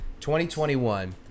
2021